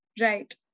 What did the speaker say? right